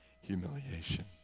humiliation